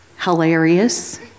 hilarious